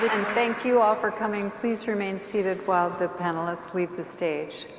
and thank you all for coming, please remain seated while the panelists leave the stage.